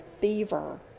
fever